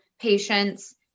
patients